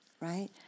Right